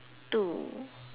two